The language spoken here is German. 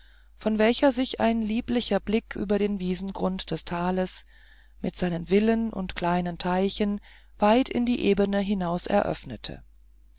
von welcher sich ein lieblicher blick über den wiesengrund des tales mit seinen villen und kleinen teichen und weit in die ebene hinaus